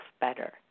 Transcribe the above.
better